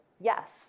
yes